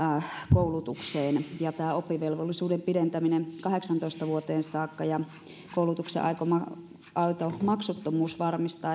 koulutukseen oppivelvollisuuden pidentäminen kahdeksaantoista vuoteen saakka ja koulutuksen aito maksuttomuus varmistaa